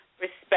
Respect